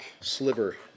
sliver